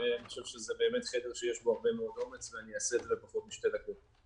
את כל אמצעי המיגון הנדרשים